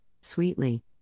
sweetly